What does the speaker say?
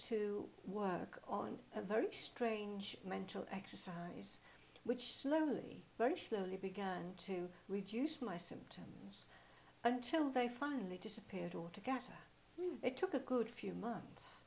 to work on a very strange mental exercise which slowly very slowly began to reduce my symptoms until they finally disappeared altogether it took a good few months